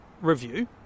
review